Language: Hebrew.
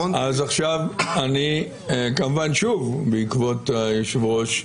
כמובן שוב בעקבות היושב-ראש,